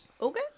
Okay